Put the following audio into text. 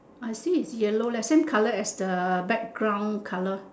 I see is yellow leh same colour as the background colour